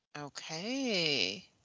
okay